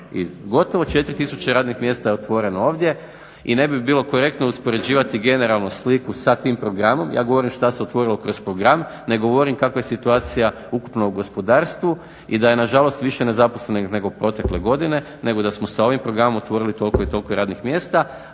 i gotovo 4 tisuće radnih mjesta je otvoreno ovdje i ne bi bilo korektno uspoređivati generalnu sliku sa tim programom. Ja govorim što se otvorilo kroz program, ne govorim kakva je situacija ukupno u gospodarstvu i da je nažalost više nezaposlenih nego protekle godine nego da smo sa ovim programom otvorili toliko i toliko radnih mjesta.